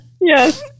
Yes